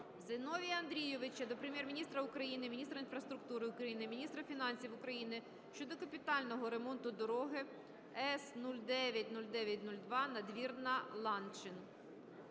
Зіновія Андійовича до Прем'єр-міністра України, міністра інфраструктури України, міністра фінансів України щодо капітального ремонту дороги С-090902 Надвірна-Ланчин.